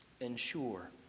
ensure